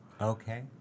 okay